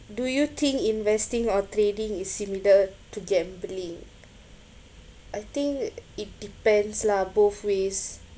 do you think investing or trading is similar to gambling I think it depends lah both ways